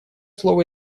слово